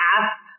asked